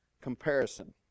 comparison